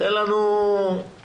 תן לנו סקירה,